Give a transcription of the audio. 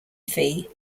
fee